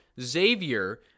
Xavier